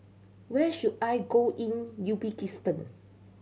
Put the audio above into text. where should I go in Uzbekistan